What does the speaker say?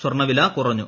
സ്വർണ്ണവില കുറഞ്ഞു